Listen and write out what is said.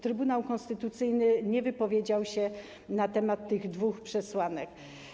Trybunał Konstytucyjny nie wypowiedział się na temat tych dwóch przesłanek.